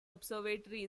observatory